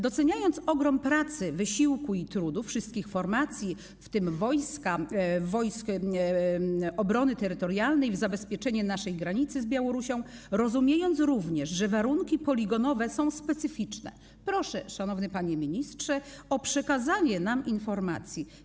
Doceniając ogrom pracy, wysiłku i trudu wszystkich formacji, w tym Wojsk Obrony Terytorialnej, jeśli chodzi o zabezpieczenie naszej granicy z Białorusią, rozumiejąc również, że warunki poligonowe są specyficzne, proszę, szanowny panie ministrze, o przekazanie nam informacji.